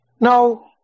No